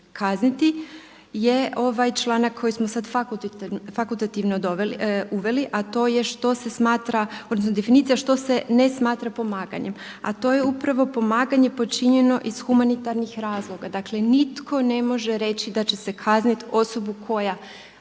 kazniti je ovaj članak koji smo sada fakultativno uveli a to je što se smatra odnosno definicija što se ne smatra pomaganjem a to je upravo pomaganje počinjeno iz humanitarnih razloga. Dakle nitko ne može reći da će se kazniti osobu koja